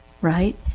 right